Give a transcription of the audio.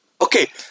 Okay